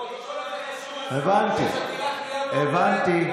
שיירשם בפרוטוקול: תמיד בהסכמה.